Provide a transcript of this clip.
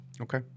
Okay